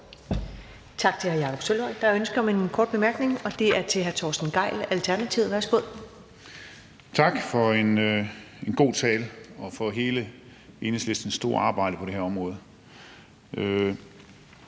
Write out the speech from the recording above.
Tak til hr. Jakob Sølvhøj. Der er ønske om en kort bemærkning, og det er til hr. Torsten Gejl, Alternativet. Værsgo. Kl. 20:49 Torsten Gejl (ALT): Tak for en god tale og for hele Enhedslistens store arbejde på det her område.